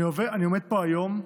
אני עומד פה היום,